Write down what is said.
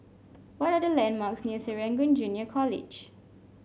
what are the landmarks near Serangoon Junior College